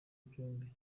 byombi